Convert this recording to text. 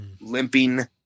limping